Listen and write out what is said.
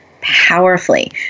powerfully